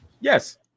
yes